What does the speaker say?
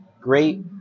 great